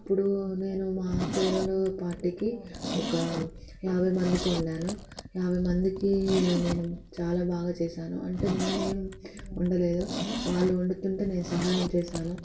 అప్పుడు నేను మా ఫేర్వెల్ పార్టీకి ఒక యాభై మందికి వండాను యాభై మందికి నేను చాలా బాగా చేశాను అంటే నేనేం వండలేదు వాళ్ళు వండుతుంటే నేను సహాయం చేశాను